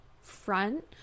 front